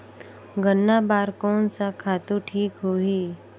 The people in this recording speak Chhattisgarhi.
गन्ना बार कोन सा खातु ठीक होही?